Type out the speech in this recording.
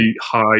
high